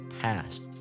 past